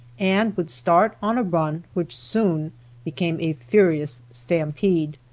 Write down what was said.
and would start on a run which soon became a furious stampede,